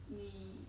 你